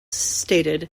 stated